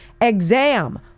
exam